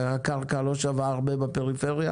והקרקע לא שווה הרבה בפריפריה,